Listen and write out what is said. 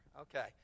Okay